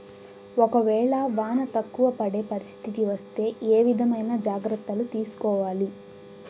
ఒక వేళ వాన తక్కువ పడే పరిస్థితి వస్తే ఏ విధమైన జాగ్రత్తలు తీసుకోవాలి?